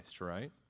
right